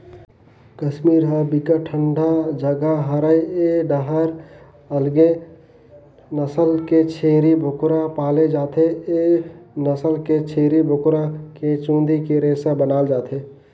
कस्मीर ह बिकट ठंडा जघा हरय ए डाहर अलगे नसल के छेरी बोकरा पाले जाथे, ए नसल के छेरी बोकरा के चूंदी के रेसा बनाल जाथे